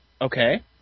Okay